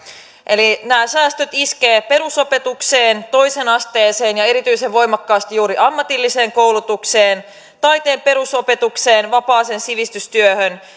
eli nämä säästöt iskevät perusopetukseen toiseen asteeseen ja erityisen voimakkaasti juuri ammatilliseen koulutukseen taiteen perusopetukseen vapaaseen sivistystyöhön